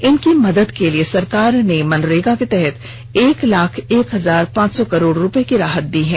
इनकी मदद के लिए सरकार ने मनरेगा के तहत एक लाख एक हजार पांच सौ करोड़ रुपये की राहत दी है